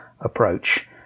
approach